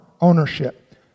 ownership